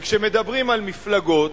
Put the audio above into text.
כשמדברים על מפלגות,